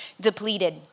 depleted